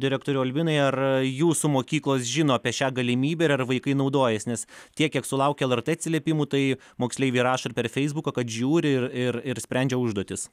direktoriau albinai ar jūsų mokyklos žino apie šią galimybę ir ar vaikai naudojas nes tiek kiek sulaukė lrt atsiliepimų tai moksleiviai rašo ir per feisbuką kad žiūri ir ir ir sprendžia užduotis